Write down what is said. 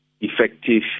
effective